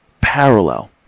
parallel